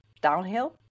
downhill